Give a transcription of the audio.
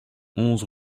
onze